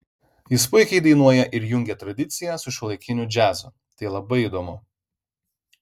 jis puikiai dainuoja ir jungia tradiciją su šiuolaikiniu džiazu tai labai įdomu